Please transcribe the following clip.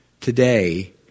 today